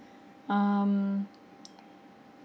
um